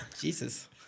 Jesus